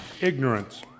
Ignorance